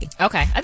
Okay